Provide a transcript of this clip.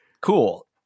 Cool